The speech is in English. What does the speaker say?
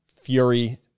fury